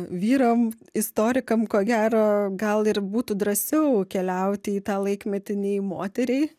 vyram istorikam ko gero gal ir būtų drąsiau keliauti į tą laikmetį nei moteriai